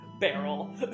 barrel